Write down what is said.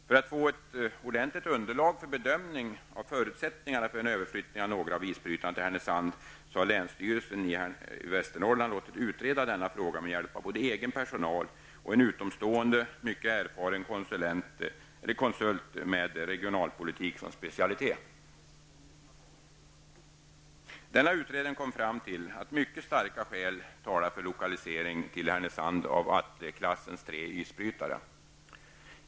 För att få ett ordentligt underlag för bedömning av förutsättningarna för en överflyttning av några av isbrytarna till Härnösand har länsstyrelsen i Västernorrland låtit utreda denna fråga med hjälp av både egen personal och en utomstående, mycket erfaren konsult med regionalpolitik som specialitet. Denna utredning kom fram till att mycket starka skäl talar för lokalisering till Härnösand av Atleklassens tre isbrytare.